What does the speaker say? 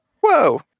Whoa